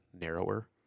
narrower